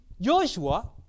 Joshua